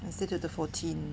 is it the fourteen